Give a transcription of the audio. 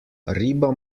riba